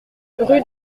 rue